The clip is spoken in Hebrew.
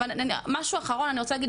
אבל משהו אחרון אני רוצה להגיד,